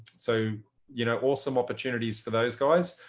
so you know awesome opportunities for those guys.